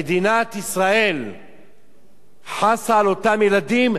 מדינת ישראל חסה על אותם ילדים?